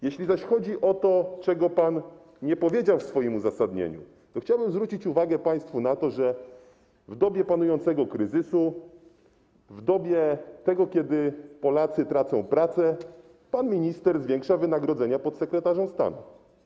Jeśli chodzi o to, czego pan nie powiedział w swoim uzasadnieniu, to chciałbym zwrócić państwu uwagę na to, że w dobie panującego kryzysu, kiedy Polacy tracą pracę, pan minister zwiększa wynagrodzenia podsekretarzy stanu.